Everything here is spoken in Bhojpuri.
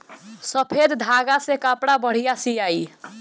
सफ़ेद धागा से कपड़ा बढ़िया सियाई